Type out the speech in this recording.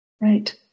Right